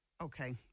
Okay